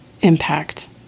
impact